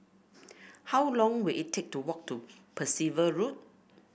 how long will it take to walk to Percival Road